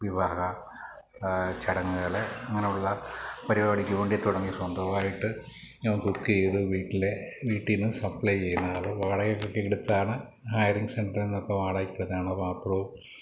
വിവാഹ ചടങ്ങുകള് അങ്ങനുള്ള പരിപാടിക്ക് കൊണ്ടുപോയി തുടങ്ങിയിട്ട് സ്വന്തമായിട്ട് അവൻ കുക്കെയ്ത് വീട്ടിലെ വീട്ടീന്ന് സപ്ലൈ ചെയ്യുന്ന അത് വാടകയ്ക്കൊക്കെ എടുത്താണ് ഹയറിങ് സെൻറ്ററിന്നൊക്കെ വാടകയ്ക്കെടുത്താണ് പാത്രവും